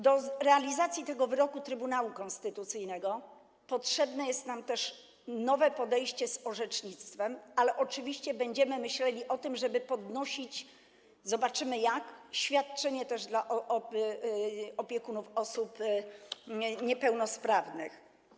Do realizacji tego wyroku Trybunału Konstytucyjnego potrzebne jest nam też nowe podejście do orzecznictwa, ale oczywiście będziemy myśleli o tym, żeby też podnosić - zobaczymy jak - świadczenie dla opiekunów osób niepełnosprawnych.